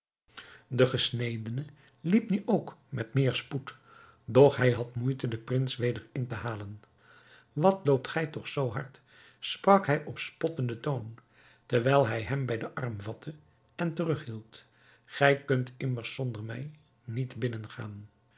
de gesnedene liep nu ook met meer spoed doch hij had moeite den prins weder in te halen wat loopt gij toch zoo hard sprak hij op spottenden toon terwijl hij hem bij den arm vatte en terug hield gij kunt immers zonder mij niet binnengaan